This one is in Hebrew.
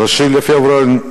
3 בפברואר,